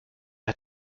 hat